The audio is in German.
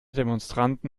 demonstranten